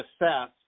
assess